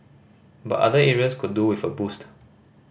but other areas could do with a boost